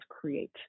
create